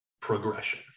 progression